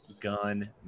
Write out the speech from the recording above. Gun